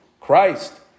Christ